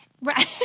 Right